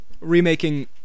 remaking